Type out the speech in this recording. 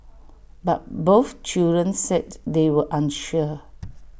but both children said they were unsure